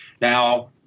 Now